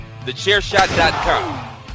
TheChairShot.com